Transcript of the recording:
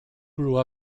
grew